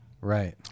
Right